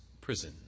prison